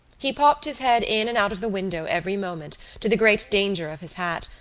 he popped his head in and out of the window every moment to the great danger of his hat,